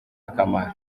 akamaro